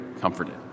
comforted